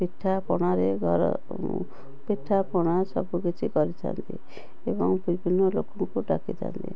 ପିଠାପଣାରେ ଘର ପିଠାପଣା ସବୁକିଛି କରିଥାନ୍ତି ଏବଂ ବିଭିନ୍ନଲୋକଙ୍କୁ ଡାକିଥାନ୍ତି